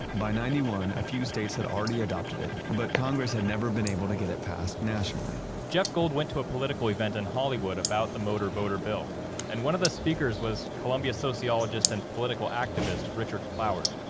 ninety one, a few states had already adopted it but congress had never been able to get it passed nationally jeff gold went to a political event in hollywood about the motor voter bill and one of the speakers was columbia sociologist and political activist, richard cloward.